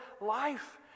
life